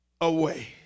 away